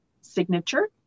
signature